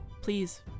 Please